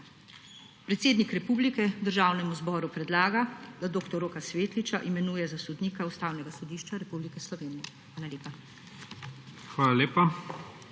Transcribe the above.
Predsednik republike Državnemu zboru predlaga, da dr. Roka Svetliča imenuje za sodnika Ustavnega sodišča Republike Slovenije. Hvala lepa. PREDSEDNIK